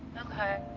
okay.